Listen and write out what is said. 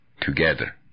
together